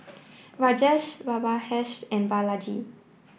Rajesh Babasaheb and Balaji